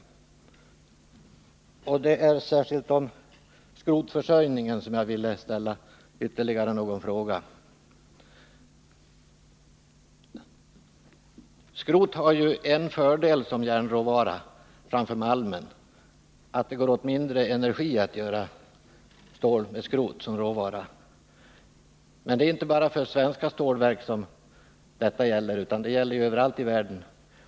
Och det är särskilt om skrotförsörjningen som jag vill ställa en fråga. Skrot har ju en fördel som järnråvara framför malm — det går åt mindre energi att göra stål med skrot som råvara. Men det är inte bara för de svenska stålverken som detta gäller, utan det gäller överallt i världen.